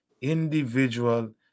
Individual